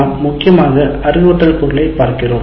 நாம் முக்கியமாக அறிவுறுத்தல் பொருளைப் பார்க்கிறோம்